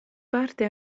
parte